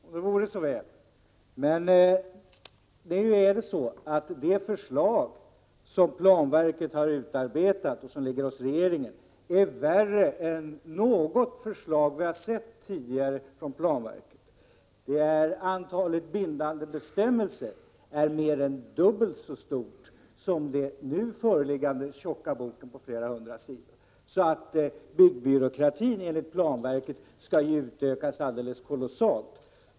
Om det vore så väl, Rune Evensson! Men det förslag som planverket har utarbetat och som ligger hos regeringen är värre än något förslag från planverket som vi har sett tidigare. Antalet bindande bestämmelser är mer än dubbelt så stort som i den nu föreliggande tjocka boken på flera hundra sidor. Byggbyråkratin skall enligt planverket utökas alldeles kolossalt.